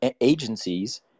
agencies